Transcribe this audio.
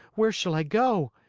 where shall i go?